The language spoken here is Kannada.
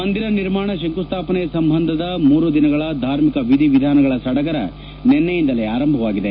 ಮಂದಿರ ನಿರ್ಮಾಣ ಶಂಕುಸ್ನಾಪನೆ ಸಂಬಂಧದ ಮೂರು ದಿನಗಳ ಧಾರ್ಮಿಕ ವಿಧಿ ವಿಧಾನಗಳ ಸಡಗರ ನಿನ್ನೆಯಿಂದಲೇ ಆರಂಭವಾಗಿದೆ